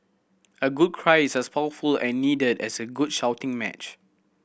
a good cry is as powerful and needed as a good shouting match